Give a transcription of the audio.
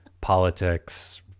politics